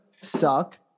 suck